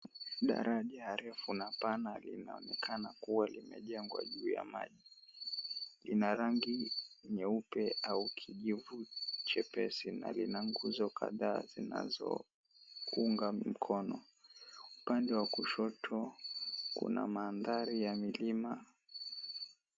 Daraja refu na pana linaonekana kuwa limejengwa juu ya maji. Lina rangi nyeupe au kijivu chepesi na lina nguzo kadhaa zinazounga mkono. Upande wa kushoto kuna mandhari ya milima.